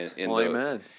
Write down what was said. amen